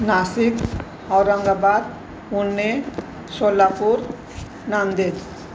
Nashik Aurangabad Pune Solapur Nanded